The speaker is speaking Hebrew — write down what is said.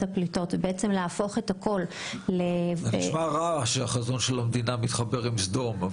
הפליטות ולהפוך את הכול --- זה נשמע רע שהחזון של המדינה מתחבר עם סדום.